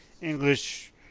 English